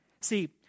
See